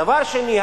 דבר שני,